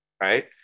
right